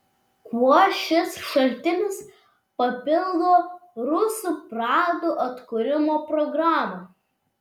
kuo šis šaltinis papildo rusų pradų atkūrimo programą